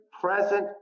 present